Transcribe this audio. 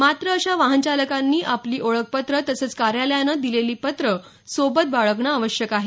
मात्र अशा वाहनचालकांनी आपली ओळखपत्रं तसंच कार्यालयाने दिलेलं पत्र सोबत बाळगणं आवश्यक आहे